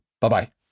Bye-bye